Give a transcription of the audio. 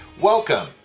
Welcome